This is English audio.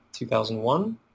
2001